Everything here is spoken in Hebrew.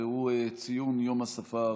והוא ציון יום השפה הערבית.